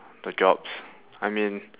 the jobs I mean